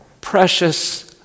precious